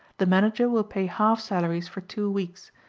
the manager will pay half salaries for two weeks,